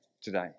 today